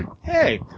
Hey